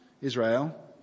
Israel